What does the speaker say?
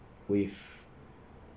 with